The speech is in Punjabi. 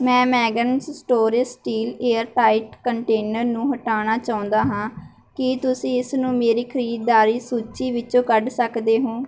ਮੈਂ Magnus storage steel airtight container ਨੂੰ ਹਟਾਉਣਾ ਚਾਹੁੰਦਾ ਹਾਂ ਕੀ ਤੁਸੀਂ ਇਸਨੂੰ ਮੇਰੀ ਖਰੀਦਦਾਰੀ ਸੂਚੀ ਵਿੱਚੋਂ ਕੱਢ ਸਕਦੇ ਹੋ